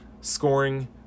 scoring